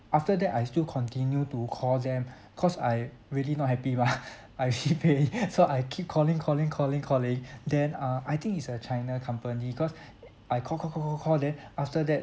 after that I still continue to call them cause I really not happy mah I already pay so I keep calling calling calling calling then uh I think it's a china company cause uh I call call call call then after that